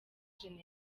gen